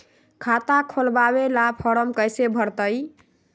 खाता खोलबाबे ला फरम कैसे भरतई?